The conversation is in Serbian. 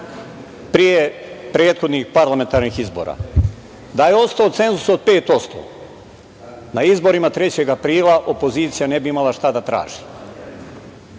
pre prethodnih parlamentarnih izbora. Da je ostao cenzus od 5%, na izborima 3. aprila opozicija ne bi imala šta da traži.